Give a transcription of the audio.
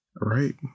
Right